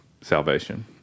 salvation